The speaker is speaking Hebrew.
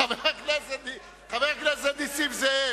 חבר הכנסת נסים זאב,